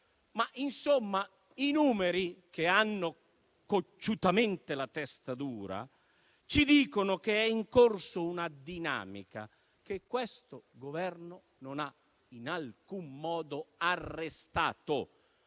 ha fatto. I numeri, che hanno cocciutamente la testa dura, ci dicono che è in corso una dinamica che questo Governo non ha in alcun modo arrestato.